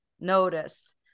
noticed